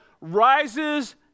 rises